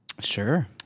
Sure